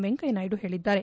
ವೆಂಕಯ್ಯ ನಾಯ್ದು ಹೇಳಿದ್ದಾರೆ